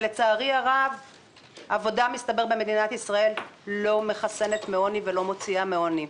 לצערי הרב מסתבר שעבודה במדינת ישראל לא מחסנת מעוני ולא מוציאה מעוני.